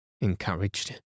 encouraged